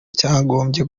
cyagombye